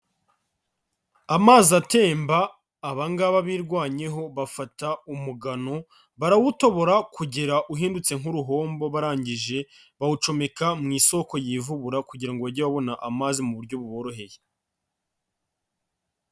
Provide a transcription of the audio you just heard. Amazi atemba, abangaba birwanyeho bafata umugano barawutobora kugera uhindutse nk'uruhombo, barangije bawucomeka mu isoko yivubura kugira ngo bajye abona amazi mu buryo buboroheye.